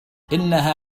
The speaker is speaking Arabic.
إنها